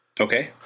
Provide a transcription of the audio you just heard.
Okay